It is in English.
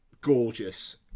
gorgeous